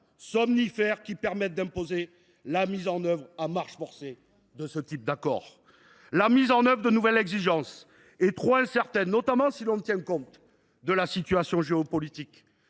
somnifères qui permettent d’imposer la mise en œuvre à marche forcée de ce type d’accord. L’entrée en vigueur de nouvelles exigences est trop incertaine, notamment si l’on tient compte de la situation géopolitique.